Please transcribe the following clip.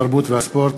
התרבות והספורט